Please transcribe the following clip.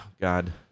god